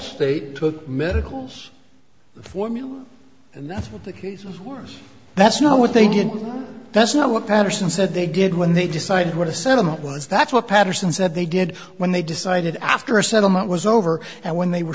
state took medicals the formula and that's what the case workers that's not what they did that's not what patterson said they did when they decided what a settlement was that's what patterson said they did when they decided after a settlement was over and when they were